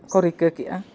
ᱨᱤᱠᱟᱹ ᱠᱮᱜᱼᱟ